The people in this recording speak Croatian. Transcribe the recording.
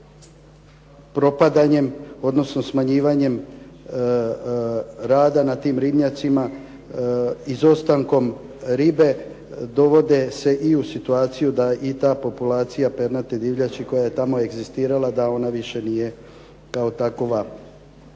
propadanjem, odnosno smanjivanjem rada na tim ribnjacima izostankom ribe dovode se i u situacija da i ta populacija pernate divljači koja je tamo egzistirala da ona više nije kao takva